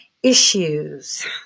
issues